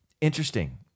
Interesting